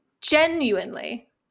genuinely